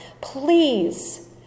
Please